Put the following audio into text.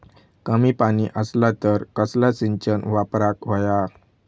कमी पाणी असला तर कसला सिंचन वापराक होया?